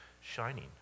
shining